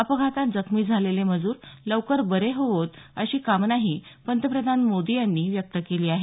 अपघातात जखमी झालेले मजूर लवकर बरे होवोत अशी कामना ही पंतप्रधान मोदी यांनी व्यक्त केली आहे